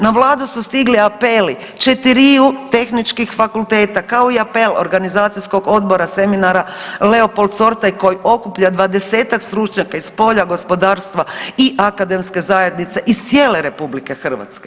Na Vladu su stigli apeli četiriju tehničkih fakulteta, kao i apel organizacijskog odbora seminara Leopold Sorta koji okuplja 20-ak stručnjaka iz polja gospodarstva i akademske zajednice iz cijele RH.